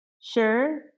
Sure